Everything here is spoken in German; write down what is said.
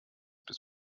bis